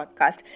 podcast